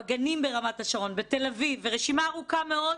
בגנים ברמת השרון, בתל אביב ורשימה ארוכה מאוד,